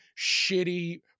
shitty